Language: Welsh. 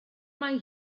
mai